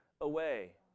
away